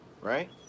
right